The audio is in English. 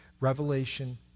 Revelation